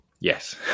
Yes